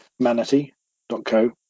Manatee.co